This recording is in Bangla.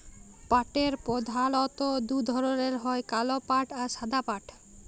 পাটের পরধালত দু ধরলের হ্যয় কাল পাট আর সাদা পাট